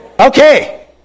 Okay